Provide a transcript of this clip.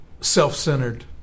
self-centered